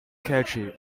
catchy